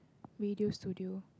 radio studio